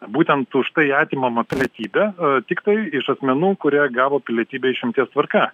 būtent už tai atimama pilietybė tiktai iš asmenų kurie gavo pilietybę išimties tvarka